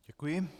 Děkuji.